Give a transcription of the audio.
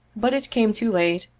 but it came too late,